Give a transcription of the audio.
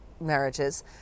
marriages